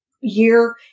year